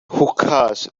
hookahs